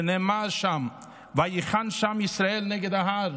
נאמר שם: "ויחן שם ישראל נגד ההר".